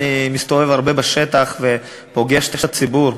אני מסתובב הרבה בשטח ופוגש את הציבור.